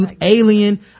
alien